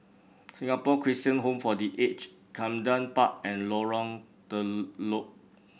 Singapore Christian Home for The Aged Camden Park and Lorong Telok